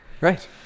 Right